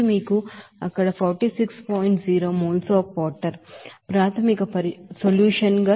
0 mole of water ప్రాథమిక పరిష్కారం తెలుసు